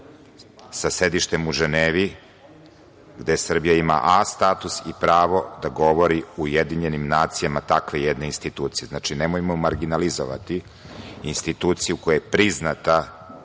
sa sedištem u Ženevi, gde Srbija ima A status i pravo da govori u UN takve jedne institucije. Znači, nemojmo marginalizovali institucija koja je priznata